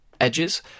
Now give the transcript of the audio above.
Edges